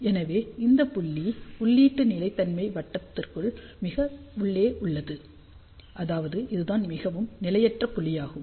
எனவே இந்த புள்ளி உள்ளீட்டு நிலைத்தன்மை வட்டத்திற்குள் மிக உள்ளே உள்ளது அதாவது இதுதான் மிகவும் நிலையற்ற புள்ளியாகும்